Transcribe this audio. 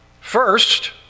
first